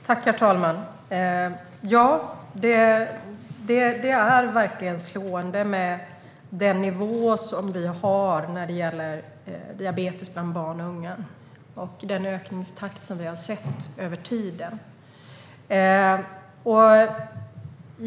Herr talman! Den nivå vi har när det gäller diabetes bland barn och unga är verkligen slående. Det gäller också den ökningstakt som vi har sett över tid.